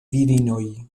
virinoj